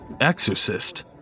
Exorcist